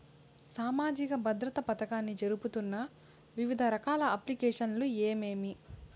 సామాజిక భద్రత పథకాన్ని జరుపుతున్న వివిధ రకాల అప్లికేషన్లు ఏమేమి?